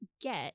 get